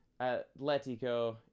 Atletico